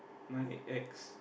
my ex